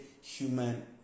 human